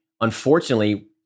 unfortunately